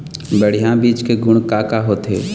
बढ़िया बीज के गुण का का होथे?